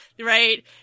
Right